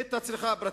את הצריכה הפרטית.